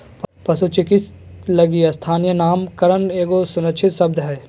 पशु चिकित्सक लगी स्थानीय नामकरण एगो संरक्षित शब्द हइ